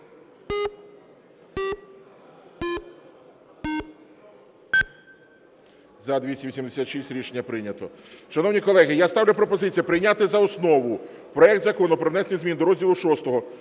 За-286 Рішення прийнято. Шановні колеги, я ставлю пропозицію прийняти за основу проект Закону про внесення змін до розділу VI